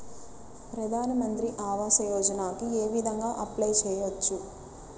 ప్రధాన మంత్రి ఆవాసయోజనకి ఏ విధంగా అప్లే చెయ్యవచ్చు?